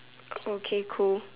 okay cool